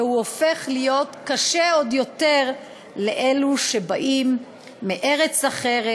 והוא הופך להיות קשה עוד יותר לאלו שבאים מארץ אחרת,